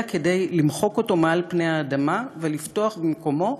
אלא כדי למחוק אותו מעל פני האדמה ולפתוח במקומו